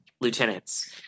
lieutenants